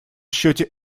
счете